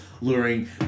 luring